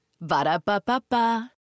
Ba-da-ba-ba-ba